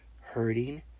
hurting